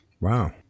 Wow